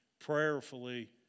prayerfully